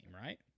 right